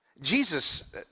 Jesus